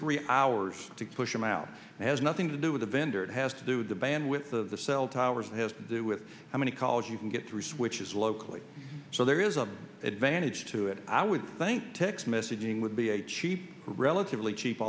three hours to push them out has nothing to do with a vendor it has to do with the bandwidth of the cell towers and has to do with how many college you can get three switches locally so there is an advantage to it i would think text messaging would be a cheap relatively cheap